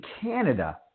Canada